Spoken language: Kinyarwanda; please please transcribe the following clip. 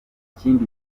ikindi